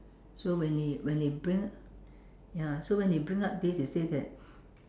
so when he when he bring ya so when he bring up this he say that